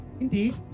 Indeed